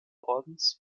ordens